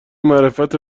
معرفت